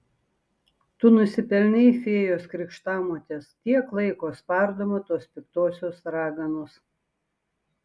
tu nusipelnei fėjos krikštamotės tiek laiko spardoma tos piktosios raganos